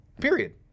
period